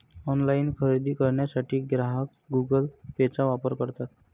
online खरेदी करण्यासाठी ग्राहक गुगल पेचा वापर करतात